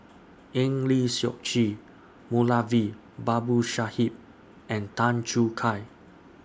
Eng Lee Seok Chee Moulavi Babu Sahib and Tan Choo Kai